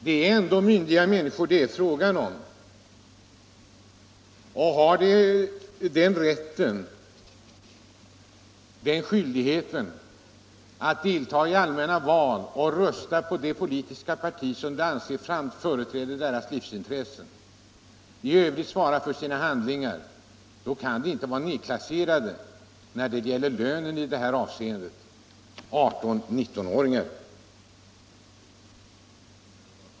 Det gäller ändå myndiga människor, och har de rätten och skyldigheten att delta i allmänna val och rösta på det politiska parti som de anser företräder deras livsintressen och i övrigt svara för sina handlingar skall de inte nerklassas när det gäller lön i det här sammanhanget, dessa 18-19-åringar.